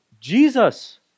Jesus